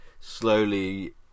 slowly